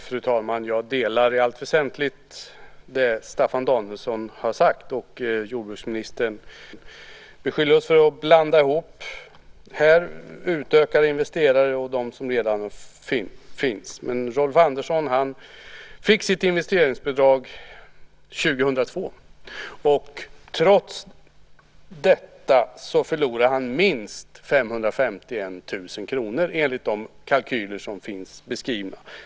Fru talman! Jag delar i allt väsentligt det som Staffan Danielsson har sagt. Jordbruksministern beskyller oss för att blanda ihop utökade investerare med dem som redan finns. Men Rolf Andersson fick sitt investeringsbidrag 2002. Trots detta förlorade han minst 551 000 kr enligt de kalkyler som finns beskrivna.